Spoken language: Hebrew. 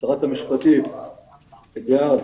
ושרת המשפטים דאז,